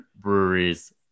breweries